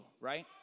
right